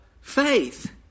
faith